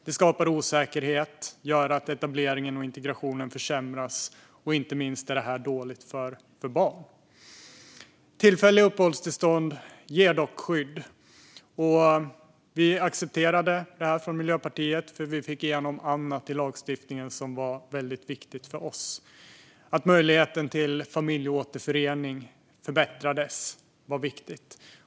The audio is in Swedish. Det skapar osäkerhet och gör att etableringen och integrationen försämras. Inte minst är detta dåligt för barn. Tillfälliga uppehållstillstånd ger dock skydd. Miljöpartiet accepterade detta, för vi fick i lagstiftningen igenom annat som var väldigt viktigt för oss. Att möjligheten till familjeåterförening förbättrades var viktigt.